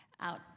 out